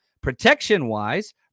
protection-wise